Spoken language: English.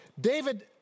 David